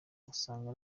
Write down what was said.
usanga